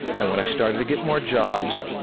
and when i started to get more jobs,